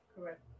Correct